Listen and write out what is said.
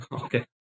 Okay